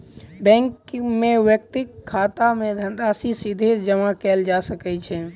bank मे व्यक्तिक खाता मे धनराशि सीधे जमा कयल जा सकै छै